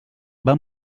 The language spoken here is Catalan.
van